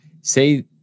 say